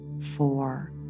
four